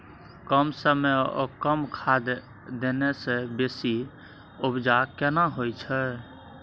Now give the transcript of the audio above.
कम समय ओ कम खाद देने से बेसी उपजा केना होय छै?